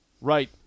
right